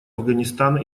афганистана